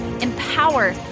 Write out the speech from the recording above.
empower